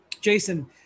Jason